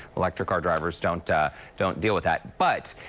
electric car drivers don't ah don't deal with that. but